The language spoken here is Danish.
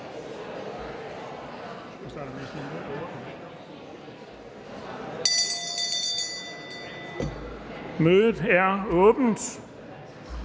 Mødet er åbnet.